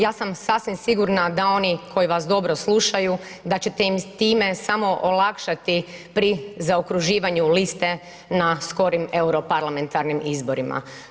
Ja sam sasvim sigurna da oni koji vas dobro slušaju, da ćete im time samo olakšati pri zaokruživanju liste na skorim europarlamentarnim izborima.